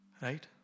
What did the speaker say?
Right